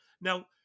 Now